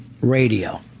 radio